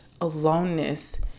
aloneness